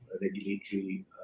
regulatory